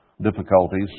difficulties